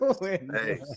Hey